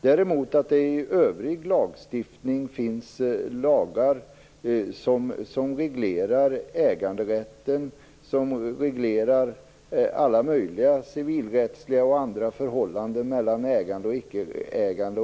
Däremot finns det i övrig lagstiftning lagar som reglerar äganderätten och alla möjliga civilrättsliga och andra förhållanden mellan ägande och ickeägande.